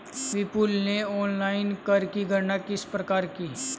विपुल ने ऑनलाइन कर की गणना किस प्रकार की?